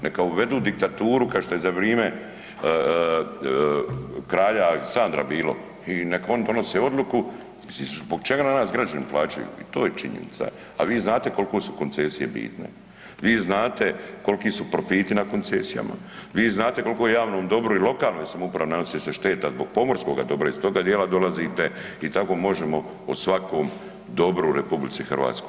Neka uvedu diktaturu kao što je za vrijeme kralja Aleksandra bilo i nek oni donose odluku, zbog čega nas građani plaćaju i to je činjenica a vi znate kolike su koncesije bitne, vi znate koliki su profiti na koncesijama, vi znate koliko javnom dobru i lokalnoj samoupravi nanosi se šteta zbog pomorskoga dobra, iz toga djela dolazite i tako možemo o svakom dobru u RH.